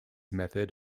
method